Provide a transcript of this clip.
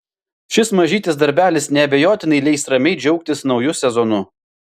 šis mažytis darbelis neabejotinai leis ramiai džiaugtis nauju sezonu